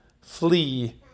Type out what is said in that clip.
flee